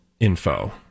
info